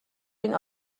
این